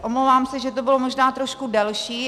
Omlouvám se, že to bylo možná trošku delší.